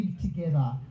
together